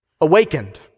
awakened